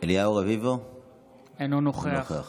אינו נוכח